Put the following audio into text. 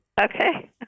Okay